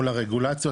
מול הרגולציות,